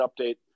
update